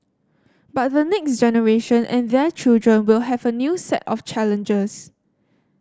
but the next generation and their children will have a new set of challenges